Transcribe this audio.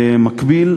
במקביל,